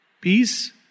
Peace